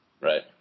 Right